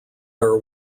are